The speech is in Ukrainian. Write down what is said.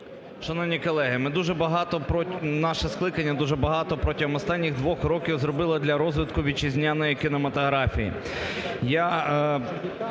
Шановні колеги! Ми дуже багато, наше скликання дуже багато протягом останніх двох років зробило для розвитку вітчизняної кінематографії.